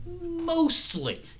mostly